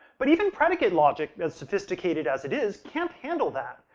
but even predicate logic, as sophisticated as it is, can't handle that.